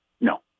No